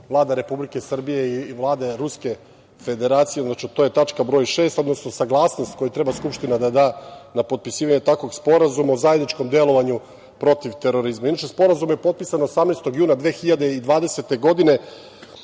Vlade Republike Srbije i Vlade Ruske Federacije. To je tačka broj šest, odnosno saglasnost koju treba Skupština da da na potpisivanje takvog Sporazuma o zajedničkom delovanju protiv terorizma. Inače, Sporazum je potpisan 18. juna 2020. godine